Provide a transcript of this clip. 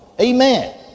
Amen